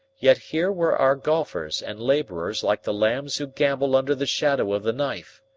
yet here were our golfers and laborers like the lambs who gambol under the shadow of the knife.